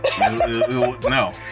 No